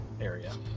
area